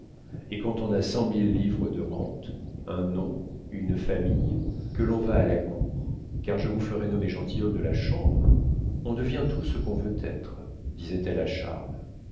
et quand on a cent mille livres de rente un nom une famille que l'on va à la cour car je vous ferai nommer gentilhomme de la chambre on devient tout ce qu'on veut être disait-elle à charles